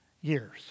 years